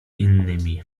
innymi